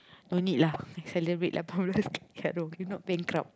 no need lah I celebrate the cannot if not bankrupt